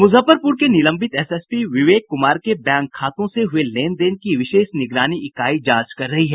मुजफ्फरपुर के निलंबित एसएसपी विवेक कुमार के बैंक खातों से हुये लेनदेन की विशेष निगरानी इकाई जांच कर रही है